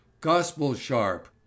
Gospel-sharp